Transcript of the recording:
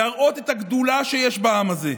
להראות את הגדולה שיש בעם הזה,